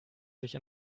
sich